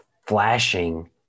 flashing